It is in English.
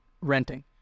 renting